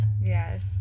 Yes